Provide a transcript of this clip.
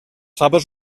faves